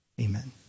Amen